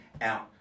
out